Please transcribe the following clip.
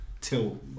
till